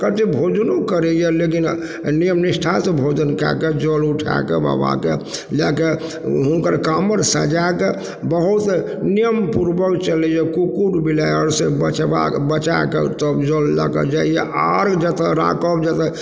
कते भोजनो करइए लेकिन नियम निष्ठासँ भोजन कएके जल उठाके बाबाके जाके हुनकर काँवर सजाके बहुत नियमपूर्वक चलइए कुक्कुर बिलारिसँ बचबा बचाके तब जल लए कऽ जाइए आओर जेतऽ राखब जेतऽ